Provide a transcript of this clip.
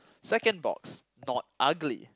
second box not ugly